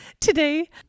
today